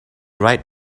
right